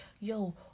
Yo